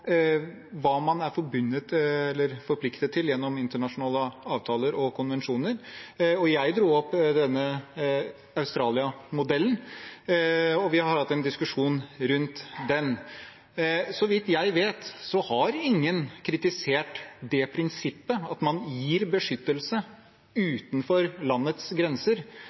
hva man er forpliktet til gjennom internasjonale avtaler og konvensjoner. Jeg dro opp denne Australia-modellen, og vi har hatt en diskusjon om den. Så vidt jeg vet, har ingen kritisert det prinsippet at man gir beskyttelse utenfor landets grenser,